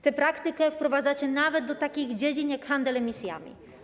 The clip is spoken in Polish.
Tę praktykę wprowadzacie nawet do takich dziedzin jak handel emisjami.